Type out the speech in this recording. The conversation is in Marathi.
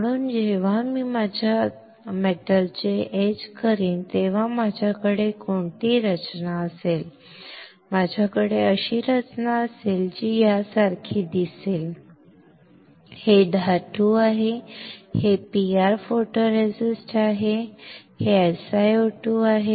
म्हणून जेव्हा मी माझ्या धातूचे इच करीन तेव्हा माझ्याकडे कोणती रचना असेल माझ्याकडे अशी रचना असेल जी यासारखी दिसेल बरोबर हे धातू आहे हे PR फोटोरेसिस्ट आहे हे माझे SiO2 आहे